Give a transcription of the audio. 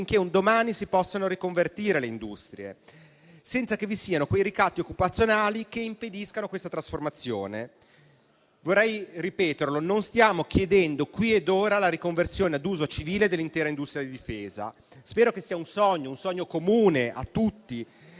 un domani si possano riconvertire le industrie, senza che vi siano i ricatti occupazionali che impediscono una tale trasformazione. Vorrei ripeterlo: non stiamo chiedendo qui ed ora la riconversione ad uso civile dell'intera industria della difesa. Spero che sia un sogno - un sogno comune a tutti